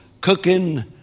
cooking